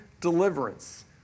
deliverance